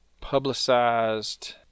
publicized